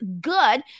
good